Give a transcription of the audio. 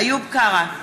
איוב קרא,